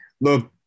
look